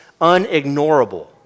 unignorable